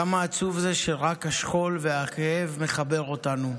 כמה עצוב שרק השכול והכאב מחבר אותנו.